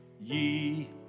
ye